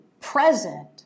present